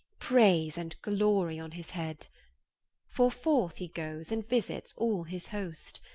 prayse and glory on his head for forth he goes, and visits all his hoast,